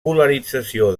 polarització